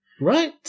Right